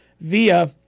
via